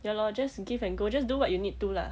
ya lor just give and go just do what you need to lah